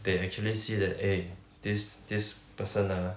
they actually see that eh this this person ah